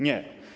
Nie.